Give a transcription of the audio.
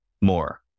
more